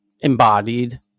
embodied